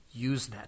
Usenet